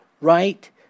right